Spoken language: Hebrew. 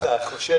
אתה חושד בכשרים.